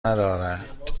ندارد